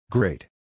Great